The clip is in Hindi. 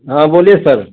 हाँ बोलिए सर